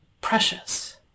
precious